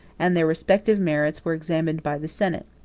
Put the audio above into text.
and their respective merits were examined by the senate.